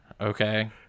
Okay